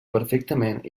perfectament